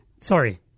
Sorry